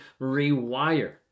rewire